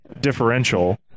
differential